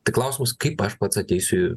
tai klausimas kaip aš pats ateisiu